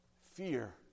fear